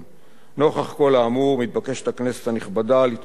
נוכח כל האמור מתבקשת הכנסת הנכבדה לתמוך בהצעת